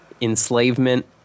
enslavement